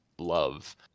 love